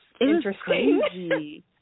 interesting